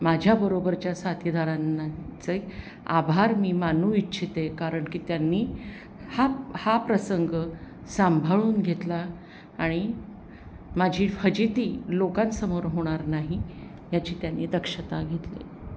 माझ्याबरोबरच्या साथीदारांचे आभार मी मानू इच्छिते कारण की त्यांनी हा हा प्रसंग सांभाळून घेतला आणि माझी फजिती लोकांसमोर होणार नाही याची त्यांनी दक्षता घेतली